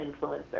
influencer